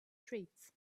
treats